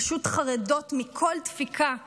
פשוט חרדות, מכל דפיקה בדלת.